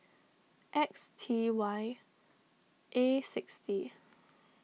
X T Y A sixty